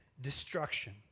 destruction